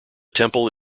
temple